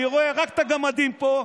אני רואה רק את הגמדים פה.